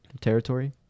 territory